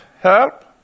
help